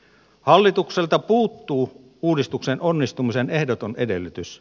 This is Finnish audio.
hallitukselta puuttuu uudistuksen onnistumisen ehdoton edellytys